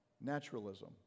Naturalism